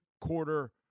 quarter